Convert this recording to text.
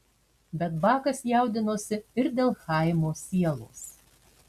bet bakas jaudinosi ir dėl chaimo sielos